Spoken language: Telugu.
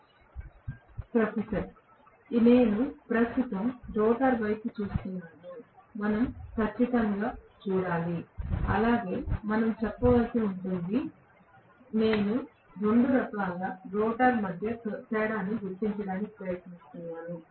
7619 ప్రొఫెసర్ నేను ప్రస్తుతం రోటర్ వైపు చూస్తున్నాను మనం ఖచ్చితంగా చూడాలి అలాగే మనం చెప్పవలసి ఉంటుంది నేను 2 రకాల రోటర్ మధ్య తేడాను గుర్తించడానికి ప్రయత్నిస్తున్నాను